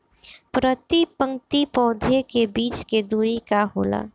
प्रति पंक्ति पौधे के बीच के दुरी का होला?